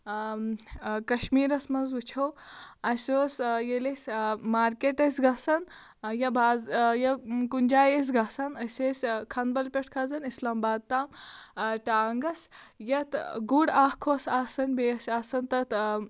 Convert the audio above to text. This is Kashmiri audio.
کَشمیٖرَس منٛز وُچھَو اَسہِ اوس ییٚلہِ أسۍ مارکیٹ ٲسۍ گَژھان یا بازر یا کُنہِ جایہِ ٲسۍ گَژھان أسۍ ٲسۍ کھنہٕ بَل پٮ۪ٹھ کھسان اِسلام آباد تام ٹانٛگَس یَتھ گُڑ اَکھ اوس آسان بیٚیہِ ٲسۍ آسان تَتھ